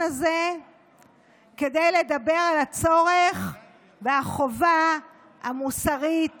הזה כדי לדבר על הצורך והחובה המוסרית